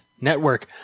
network